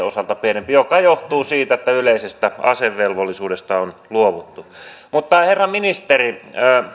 osalta pienempi mikä johtuu siitä että yleisestä asevelvollisuudesta on luovuttu mutta herra ministeri